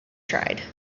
tried